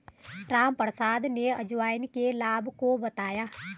रामप्रसाद ने अजवाइन के लाभ को बताया